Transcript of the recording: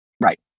Right